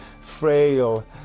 frail